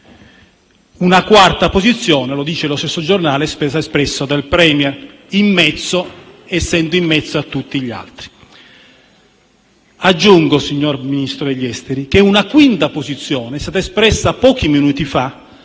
Una quarta posizione - lo dice lo stesso giornale - è stata espressa dal *Premier*, essendo in mezzo a tutti gli altri. Aggiungo, signor Ministro degli affari esteri, che una quinta posizione è stata espressa pochi minuti fa